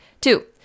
Two